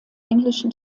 englischen